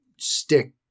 stick